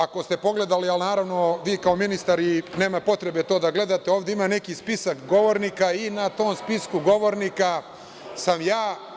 Ako ste pogledali, ali naravno, vi kao ministar i nema potrebe to da gledate, ovde ima neki spisak govornika i na tom spisku govornika sam ja…